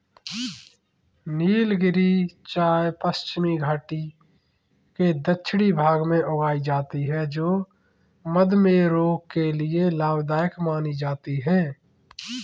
नीलगिरी चाय पश्चिमी घाटी के दक्षिणी भाग में उगाई जाती है जो मधुमेह रोग के लिए लाभदायक मानी जाती है